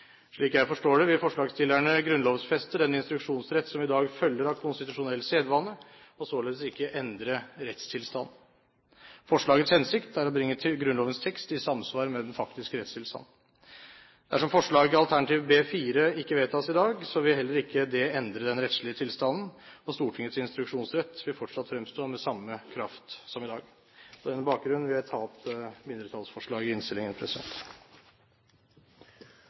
Slik jeg forstår det, vil forslagsstillerne grunnlovfeste den instruksjonsrett som i dag følger av konstitusjonell sedvane, og således ikke endre rettstilstand. Forslagets hensikt er å bringe Grunnlovens tekst i samsvar med den faktiske rettstilstand. Dersom forslaget alternativ B.4 ikke vedtas i dag, vil heller ikke det endre den rettslige tilstanden, og Stortingets instruksjonsrett vil fortsatt fremstå med samme kraft som i dag. På denne bakgrunn vil jeg ta opp mindretallsforslaget i innstillingen.